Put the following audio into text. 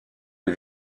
des